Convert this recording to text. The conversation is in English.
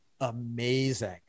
amazing